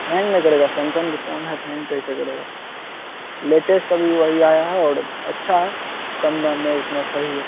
hang नहीं करेगा Samsung का फ़ोन है तो हैंग कैसे करेगा लेटेस्ट अभी वही आया है और अच्छा है कम दाम में उतना सही है